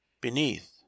beneath